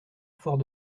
fort